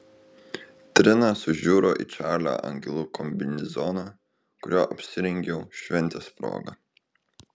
trina sužiuro į čarlio angelų kombinezoną kuriuo apsirengiau šventės proga